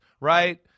right